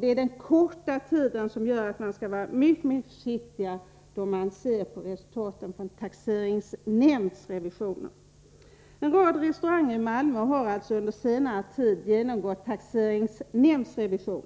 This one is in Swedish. Det är tidspressen som gör att man skall vara mycket försiktig då man studerar resultaten från taxeringsnämndsrevisioner. En rad restauranger i Malmö har under senare tid genomgått taxeringsnämndsrevisioner.